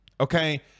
Okay